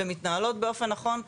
ומתנהלות באופן נכון,